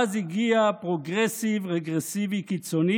ואז הגיע פרוגרסיב-רגרסיבי קיצוני,